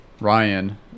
Ryan